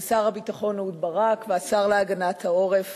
ושר הביטחון אהוד ברק והשר להגנת העורף